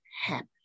happy